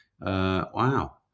Wow